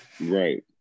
Right